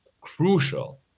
crucial